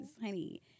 honey